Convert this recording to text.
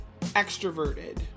extroverted